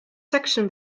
section